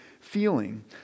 feeling